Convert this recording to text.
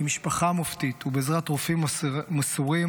עם משפחה מופתית ובעזרת רופאים מסורים,